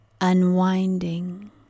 Unwinding